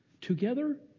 together